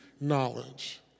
knowledge